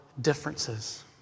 differences